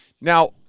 Now